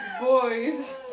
boys